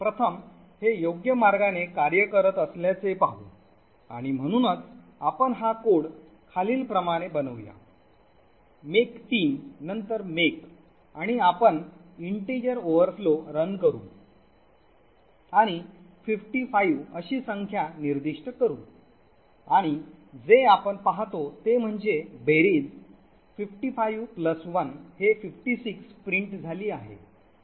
प्रथम हे योग्य मार्गाने कार्य करत असल्याचे पाहू आणि म्हणूनच आपण हा कोड खालीलप्रमाणे बनवुया make team नंतर make आणि आपण पूर्णांक ओव्हरफ्लो run करू आणि 55 अशी संख्या निर्दिष्ट करू आणि जे आपण पाहतो ते म्हणजे बेरीज 55 1 हे 56 प्रिंट झाली आहे